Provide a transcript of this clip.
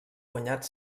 guanyat